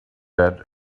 that